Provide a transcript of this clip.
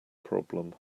problem